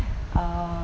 err